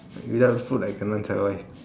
without food I cannot survive